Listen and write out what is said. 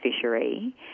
fishery